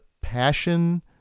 passion